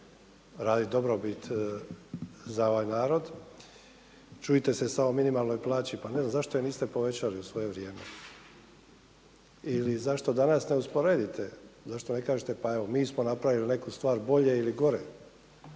radit dobrobit za ovaj narod. Čudite se sad ovoj minimalnoj plaći. Pa ne znam zašto je niste povećali u svoje vrijeme i zašto danas ne usporedite, zašto ne kažete pa evo mi smo napravili neku stvar bolje ili gore